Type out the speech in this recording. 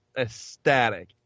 ecstatic